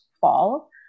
fall